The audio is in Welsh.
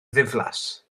ddiflas